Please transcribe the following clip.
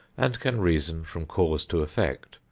and can reason from cause to effect,